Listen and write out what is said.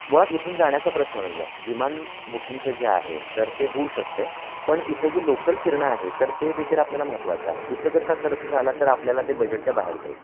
मुळात इथून जाण्याचा प्रश्न नाही आहे विमान बुकिंगचं जे आहे तर ते होऊ शकतं आहे पण तिथं जे लोकल फिरणं आहे तर ते देखील आपल्याला महत्त्वाचं आहे तिथं जर का खर्च झाला तर आपल्याला ते बजेटच्या बाहेर जाईल